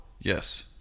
yes